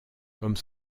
comme